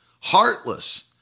heartless